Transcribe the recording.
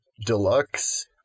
Deluxe